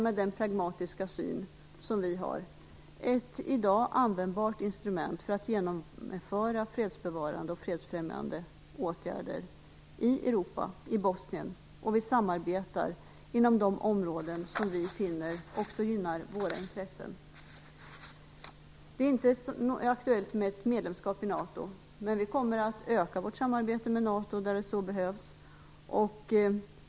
Med vår pragmatiska syn är NATO i dag ett användbart instrument för att genomföra fredsbevarande och fredsfrämjande åtgärder i Europa, i Bosnien. Vi samarbetar inom de områden som vi finner också gynnar våra intressen. Det är inte aktuellt med medlemskap i NATO, men vi kommer att öka vårt samarbete med NATO där så behövs.